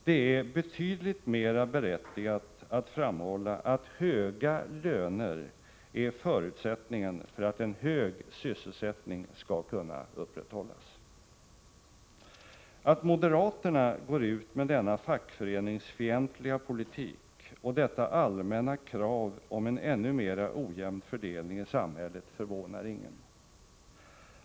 Det är betydligt mer berättigat att framhålla att höga löner är förutsättningen för att en hög sysselsättning skall kunna upprätthållas. Att moderaterna går ut med denna fackföreningsfientliga politik och detta allmänna krav på en ännu mera ojämn fördelning i samhället förvånar ingen.